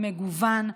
המגוון,